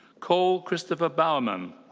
cole christopher bowerman.